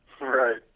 Right